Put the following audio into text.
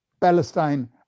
Palestine